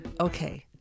Okay